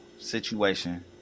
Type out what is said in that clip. situation